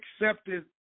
accepted